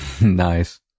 Nice